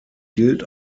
gilt